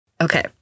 Okay